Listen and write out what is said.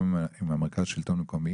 גם עם מרכז השלטון המקומי